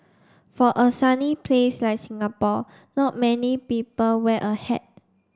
for a sunny place like Singapore not many people wear a hat